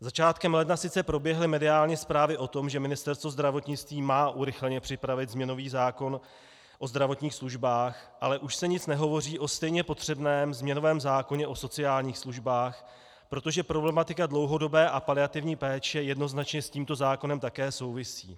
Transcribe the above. Začátkem ledna sice proběhly mediální zprávy o tom, že Ministerstvo zdravotnictví má urychleně připravit změnový zákon o zdravotních službách, ale už se nic nehovoří o stejně potřebném změnovém zákoně o sociálních službách, protože problematika dlouhodobé a paliativní péče jednoznačně s tímto zákonem také souvisí.